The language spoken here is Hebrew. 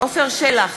עפר שלח,